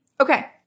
Okay